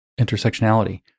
intersectionality